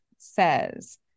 says